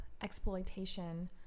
exploitation